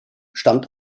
stammt